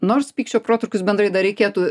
nors pykčio protrūkius bendrai dar reikėtų